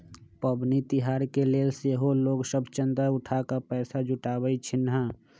पबनि तिहार के लेल सेहो लोग सभ चंदा उठा कऽ पैसा जुटाबइ छिन्ह